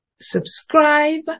subscribe